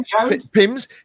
Pims